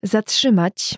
Zatrzymać